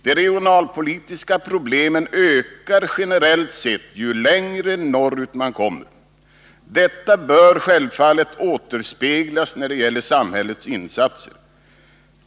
De regionalpolitiska problemen ökar generellt sett ju längre norrut man kommer. Detta bör självfallet återspeglas när det gäller samhällets insatser.